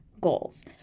goals